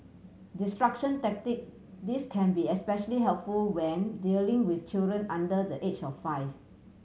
distraction tactic This can be especially helpful when dealing with children under the age of five